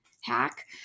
hack